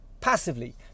passively